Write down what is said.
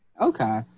okay